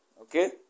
okay